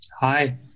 hi